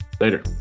later